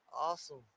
Awesome